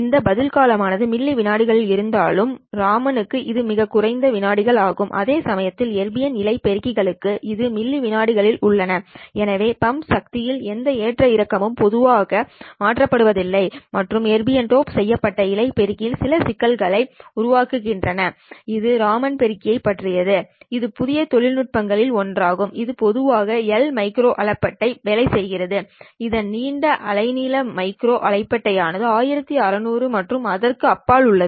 இந்த பதில் காலம் ஆனது மில்லி வினாடிகளில் இருந்தாலும் ராமனுக்கு இது மிக குறைந்த வினாடிகள் ஆகும் அதேசமயம் எர்பியம் இழை பெருக்கிக்கு இது மில்லி வினாடிகளில் உள்ளது எனவே பம்ப் சக்தியின் எந்த ஏற்ற இறக்கங்களும் பொதுவாக மாற்றப்படுவதில்லை மற்றும் எர்பியம் டோப் செய்யப்பட்ட இழை பெருக்கியில் சில சிக்கல்களை உருவாக்குகின்றன இது ராமன் பெருக்கியைப் பற்றியது இது புதிய தொழில்நுட்பங்களில் ஒன்றாகும் இது பொதுவாக எல் மைக்ரோ அலைப்பட்டை வேலை செய்கிறது இதன் நீண்ட அலைநீள மைக்ரோ அலைப்பட்டை ஆனது 1600 மற்றும் அதற்கு அப்பாலும் உள்ளது